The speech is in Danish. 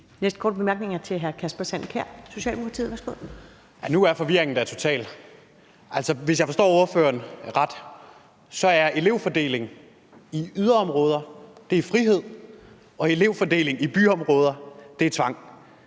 næste korte bemærkning er til hr. Kasper Sand Kjær, Socialdemokratiet. Værsgo. Kl. 15:10 Kasper Sand Kjær (S): Nu er forvirringen da total. Altså, hvis jeg forstår ordføreren ret, er elevfordeling i yderområder frihed, og elevfordeling i byområder er tvang.